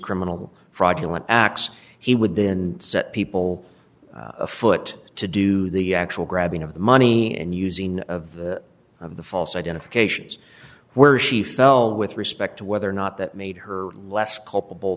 criminal fraudulent acts he would then set people afoot to do the actual grabbing of the money and using of the of the false identifications where she fell with respect to whether or not that made her less culpable